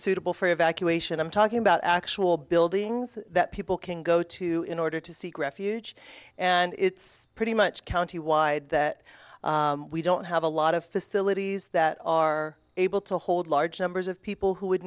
suitable for evacuation i'm talking about actual buildings that people can go to in order to seek refuge and it's pretty much county wide that we don't have a lot of facilities that are able to hold large numbers of people who would